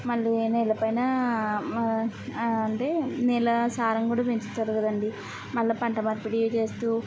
మళ్ళీ నేలపైనా మా అంటే నేలా సారం కూడా పెంచుతుంది కదండీ మళ్ళా పంట మార్పిడీ చేస్తూ